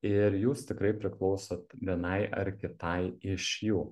ir jūs tikrai priklausot vienai ar kitai iš jų